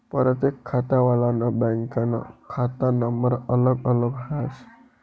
परतेक खातावालानं बँकनं खाता नंबर अलग अलग हास